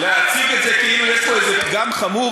להציג את זה כאילו יש פה איזה פגם חמור,